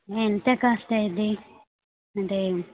ఎంత కాస్ట్ అవుతుంది అంటే